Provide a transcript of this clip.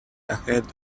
ahead